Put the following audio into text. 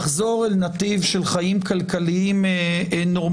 לחזור אל נתיב של חיים כלכליים נורמטיביים,